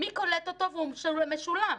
מי קולט אותו ושהוא משולם.